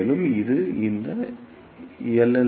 மேலும் இது இந்த எல்